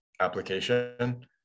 application